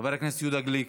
חבר הכנסת יהודה גליק,